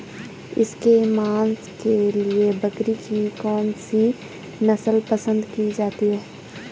इसके मांस के लिए बकरी की कौन सी नस्ल पसंद की जाती है?